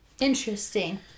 interesting